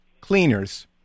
cleaners